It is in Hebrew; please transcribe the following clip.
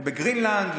ובגרינלנד,